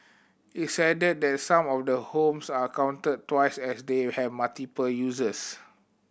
its added that some of the homes are counted twice as they have multiple uses